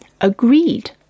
agreed